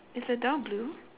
is the door blue